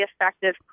effective